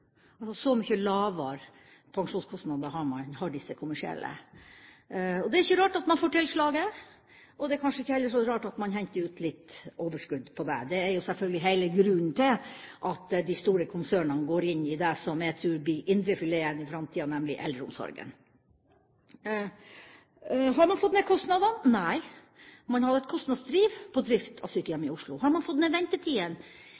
altså de kommersielle. Det er ikke rart at man får tilslaget, og det er kanskje heller ikke så rart at man henter ut litt overskudd på det. Det er jo selvfølgelig hele grunnen til at de store konsernene går inn i det som jeg tror blir indrefileten i framtida, nemlig eldreomsorgen. Har man fått ned kostnadene? Nei, man hadde et kostnadsdriv på drift av sykehjem i